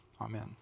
Amen